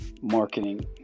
marketing